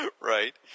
Right